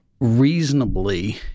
reasonably